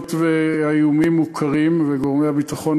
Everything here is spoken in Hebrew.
היות שהאיומים מוכרים וגורמי הביטחון